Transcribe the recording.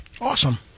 Awesome